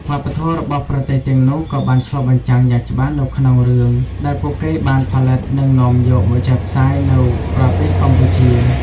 វប្បធម៌របស់ប្រទេសទាំងនោះក៏បានឆ្លុះបញ្ចាំងយ៉ាងច្បាស់នៅក្នុងរឿងដែលពួកគេបានផលិតនិងនាំយកមកចាក់ផ្សាយនៅប្រទេសកម្ពុជា។